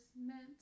meant